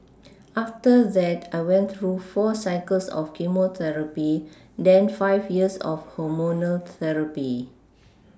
after that I went through four cycles of chemotherapy then five years of hormonal therapy